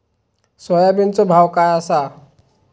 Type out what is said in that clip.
सोयाबीनचो भाव काय आसा?